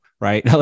right